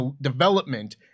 development